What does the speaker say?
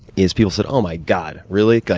is people said, oh, my god, really?